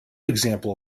example